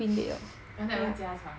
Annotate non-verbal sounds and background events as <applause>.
<laughs> you all never 加床